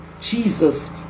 Jesus